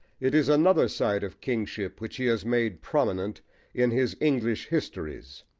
it is another side of kingship which he has made prominent in his english histories.